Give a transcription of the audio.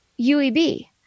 UEB